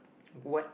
what